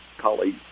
colleagues